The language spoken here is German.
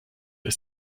ist